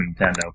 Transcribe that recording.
Nintendo